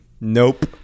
Nope